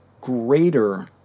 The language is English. greater